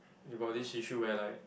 you got this issue where like